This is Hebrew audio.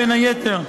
בין היתר,